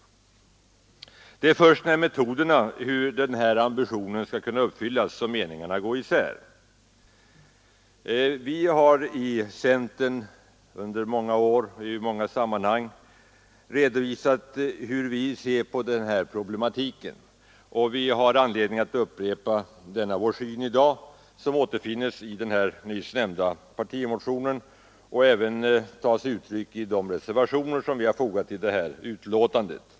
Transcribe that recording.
Det är först beträffande metoderna för hur den ambitionen skall kunna uppfyllas som meningarna går isär. Vi har i centern under många år i olika sammanhang redovisat hur vi ser på den här problematiken, och vi har anledning att på nytt redovisa denna vår syn i dag, som återfinns i den nyssnämnda partimotionen och som även tar sig uttryck i de reservationer som vi har fogat vid detta betänkande.